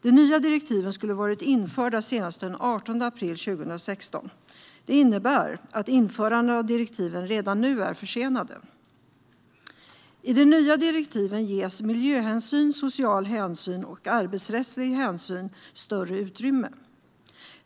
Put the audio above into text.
De nya direktiven skulle ha varit införda senast den 18 april 2016, vilket innebär att införandet av direktiven redan är försenade. I de nya direktiven ges miljöhänsyn, social hänsyn och arbetsrättslig hänsyn större utrymme.